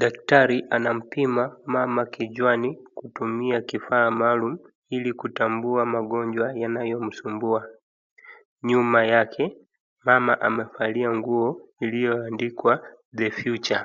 Daktari anampima mama kichwani kutumia kifaa maalum ili kutambua magonjwa yanayomsumbua. Nyuma yake mama amevalia nguo iliyoandikwa the future